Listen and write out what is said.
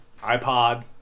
iPod